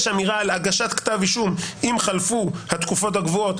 יש אמירה על הגשת כתב אישום אם חלפו התקופות הקבועות,